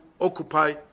occupy